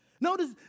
notice